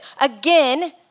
Again